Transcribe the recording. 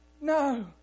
no